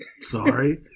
Sorry